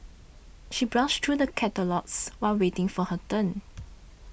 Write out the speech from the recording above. she browsed through the catalogues while waiting for her turn